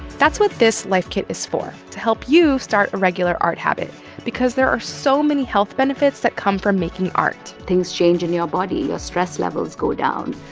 that's what this life kit is for, to help you start a regular art habit because there are so many health benefits that come from making art things change in your body. your stress levels go down,